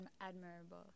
admirable